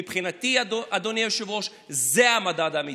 מבחינתי, אדוני היושב-ראש, זה המדד האמיתי.